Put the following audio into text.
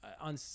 on